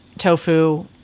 tofu